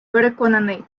переконаний